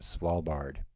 Svalbard